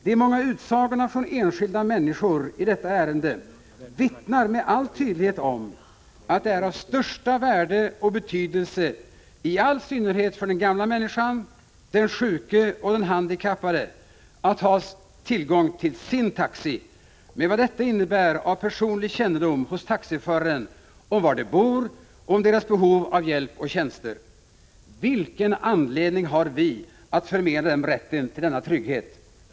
De många utsagorna från enskilda människor i detta ärende vittnar med all tydlighet om att det är av största värde och betydelse i all synnerhet för den gamla människan, den sjuke och den handikappade att ha tillgång till ”sin” taxi med vad detta innebär av personlig kännedom hos taxiföraren om var de bor och om deras behov av hjälp och tjänster. Vilken anledning har vi att förmena dem rätten till denna trygghet?